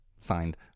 signed